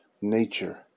nature